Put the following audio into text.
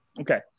Okay